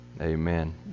Amen